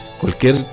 cualquier